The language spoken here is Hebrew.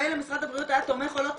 מילא אם משרד הבריאות היה תומך או לא תומך,